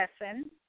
lesson